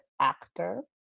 actor